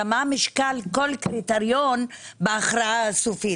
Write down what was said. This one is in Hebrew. אלא מה משקל כל קריטריון בהכרעה הסופית.